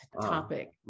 topic